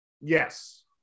Yes